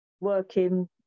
working